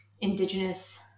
Indigenous